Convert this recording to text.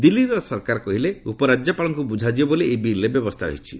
ଦିଲ୍ଲୀର ସରକାର କହିଲେ ଉପରାଜ୍ୟପାଳଙ୍କୁ ବୁଝାଯିବ ବୋଲି ଏହି ବିଲ୍ରେ ବ୍ୟବସ୍ଥା ରହିଛି